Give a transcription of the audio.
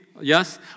Yes